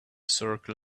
circle